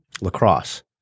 lacrosse